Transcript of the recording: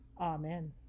Amen